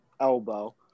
elbow